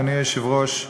אדוני היושב-ראש,